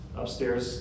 upstairs